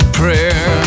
prayer